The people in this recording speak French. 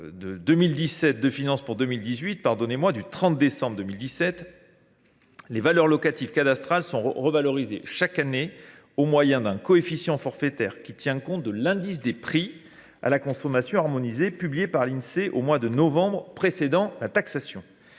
la loi de finances du 30 décembre 2017, les valeurs locatives cadastrales sont revalorisées chaque année au moyen d’un coefficient forfaitaire qui tient compte de l’indice des prix à la consommation harmonisé, publié par l’Insee au mois de novembre précédant la taxation.